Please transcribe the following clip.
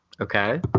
Okay